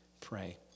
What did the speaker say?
pray